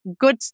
good